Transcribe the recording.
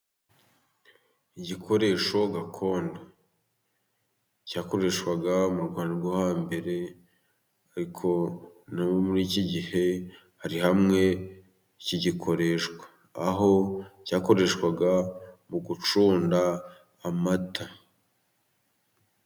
Igikoresho gakondo cyakoreshwaga mu Rwanda rwo hambere, ariko no muri iki gihe hari hamwe kigikoreshwa, aho cyakoreshwaga mu gucunda amata.